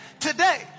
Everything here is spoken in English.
Today